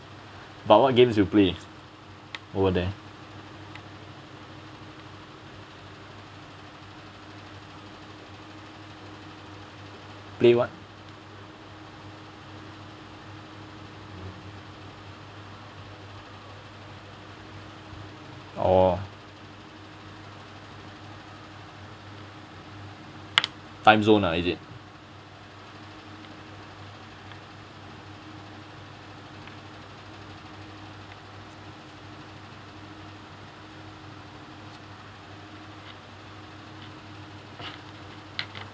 but what games you play over there play what oh timezone ah is it